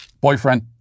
Boyfriend